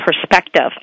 perspective